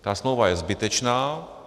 Ta smlouva je zbytečná.